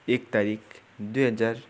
एक तारिक दुई हजार